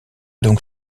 donc